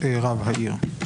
רב העיר.